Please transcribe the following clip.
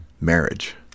Marriage